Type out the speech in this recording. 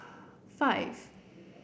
five